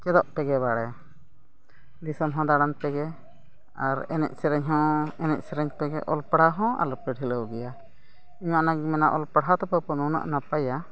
ᱪᱮᱫᱚᱜ ᱯᱮᱜᱮ ᱵᱟᱲᱮ ᱫᱤᱥᱚᱢ ᱦᱚᱸ ᱫᱟᱬᱟᱱ ᱯᱮᱜᱮ ᱟᱨ ᱮᱱᱮᱡ ᱥᱮᱨᱮᱧ ᱦᱚᱸ ᱮᱱᱮᱡ ᱥᱮᱨᱮᱧ ᱯᱮᱜᱮ ᱚᱞ ᱯᱟᱲᱦᱟᱣ ᱦᱚᱸ ᱟᱞᱚᱯᱮ ᱰᱷᱤᱞᱟᱹᱣ ᱜᱮᱭᱟ ᱤᱧᱢᱟ ᱚᱱᱟᱧ ᱢᱮᱱᱟ ᱚᱞ ᱯᱟᱲᱦᱟᱣ ᱫᱚ ᱵᱟᱹᱵᱩ ᱱᱩᱱᱟᱹᱜ ᱱᱟᱯᱟᱭᱟ